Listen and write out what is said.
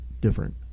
different